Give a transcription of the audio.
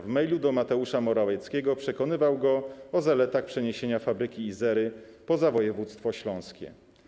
W mailu do Mateusza Morawieckiego przekonywał go o zaletach przeniesienia fabryki Izery poza województwo śląskie.